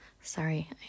sorry